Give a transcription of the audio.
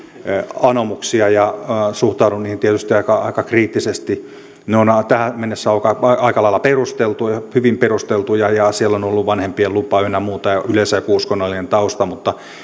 anomuksia suhtaudun niihin tietysti aika aika kriittisesti ne ovat tähän mennessä olleet aika lailla hyvin perusteltuja siellä on ollut vanhempien lupa ynnä muuta ja yleensä joku uskonnollinen tausta mutta